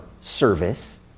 service